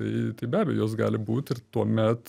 tai tai be abejo jos gali būt ir tuomet